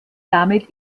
damit